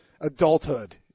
adulthood